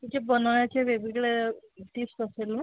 तुमचे बनवण्याचे वेगवेगळं टीप्स असतील ना